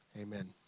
amen